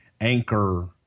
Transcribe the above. anchor